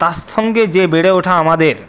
তার সঙ্গে যে বেড়ে ওঠা আমাদের